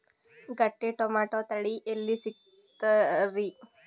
ಗಟ್ಟಿ ಟೊಮೇಟೊ ತಳಿ ಎಲ್ಲಿ ಸಿಗ್ತರಿ?